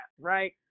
right